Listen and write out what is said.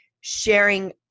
sharing